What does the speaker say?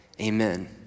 Amen